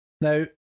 Now